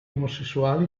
omosessuali